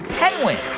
penguins.